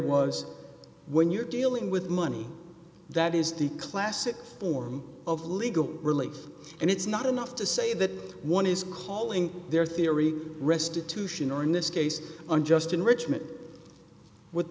you're dealing with money that is the classic form of legal relief and it's not enough to say that one is calling their theory restitution or in this case unjust enrichment with